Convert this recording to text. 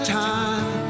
time